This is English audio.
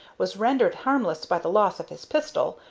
was rendered harmless by the loss of his pistol,